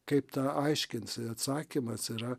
kaip tą aiškinsi atsakymas yra